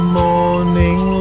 morning